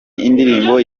indirimbo